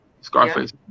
Scarface